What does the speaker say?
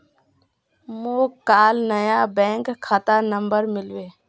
मोक काल नया बैंक खाता नंबर मिलबे